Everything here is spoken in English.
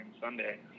Sunday